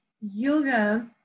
yoga